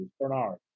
bernard